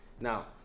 Now